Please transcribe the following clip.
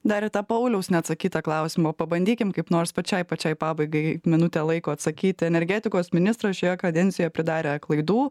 dar į tą pauliaus neatsakytą klausimą pabandykim kaip nors pačiai pačiai pabaigai minutę laiko atsakyti energetikos ministro šioje kadencijoje pridarę klaidų